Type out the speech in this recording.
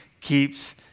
keeps